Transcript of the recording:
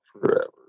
Forever